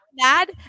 mad